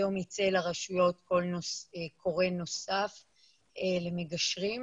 היום ייצא לרשויות קול קורא נוסף למגשרים,